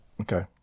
Okay